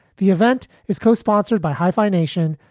the event is co-sponsored by hyphenation.